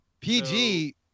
PG